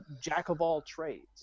jack-of-all-trades